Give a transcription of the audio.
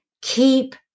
Keep